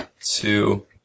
two